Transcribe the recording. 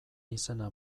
izena